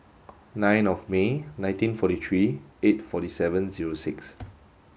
nine of May nineteen forty three eight forty seven zero six